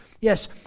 yes